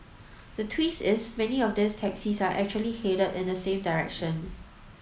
the twist is many of these taxis are actually headed in the same direction